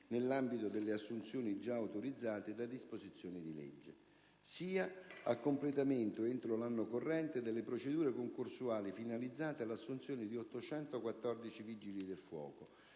nell'ambito delle assunzioni già autorizzate da disposizioni di legge; sia a completamento entro l'anno corrente delle procedure concorsuali finalizzate all'assunzione di 814 vigili del fuoco;